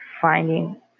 finding